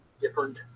different